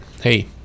hey